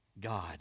God